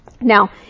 Now